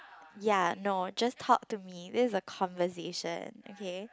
ya no just talk to me this is a conversation okay